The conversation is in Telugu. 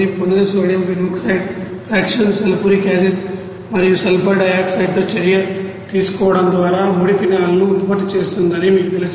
పొందిన sodium phenoxide fraction sulphuric acid మరియు సల్ఫర్ డయాక్సైడ్తో చర్య తీసుకోవడం ద్వారా ముడి ఫినాల్ను ఉత్పత్తి చేస్తుందని మీకు తెలుసు